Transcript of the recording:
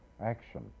action